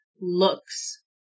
looks